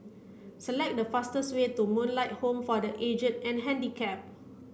select the fastest way to Moonlight Home for the Aged and Handicapped